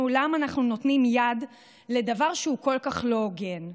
למה אנחנו נותנים יד לדבר שהוא כל כך לא הוגן.